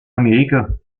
amerika